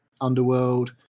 Underworld